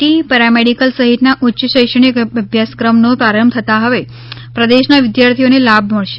T paramedical સહિતના ઉચ્ય શેક્ષણિક અભ્યાસક્રમનો પ્રારંભ થતાં હવે પ્રદેશના વિદ્યાર્થીઓને લાભ મળશે